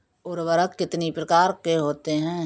उर्वरक कितनी प्रकार के होते हैं?